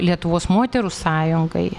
lietuvos moterų sąjungai